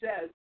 says